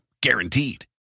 Guaranteed